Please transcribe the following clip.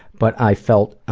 but i felt, ah